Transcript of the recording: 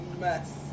Mess